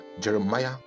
Jeremiah